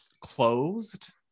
closed